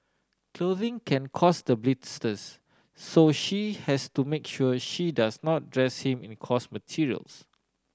clothing can cause the blisters so she has to make sure she does not dress him in a coarse materials